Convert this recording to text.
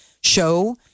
show